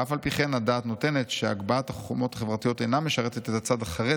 ואף על פי כן הדעת נותנת שהגבהת החומות החברתיות אינה משרתת את הצד החרד